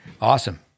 Awesome